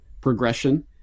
progression